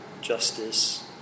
justice